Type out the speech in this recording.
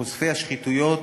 חושפי השחיתויות